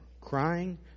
crying